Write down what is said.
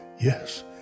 Yes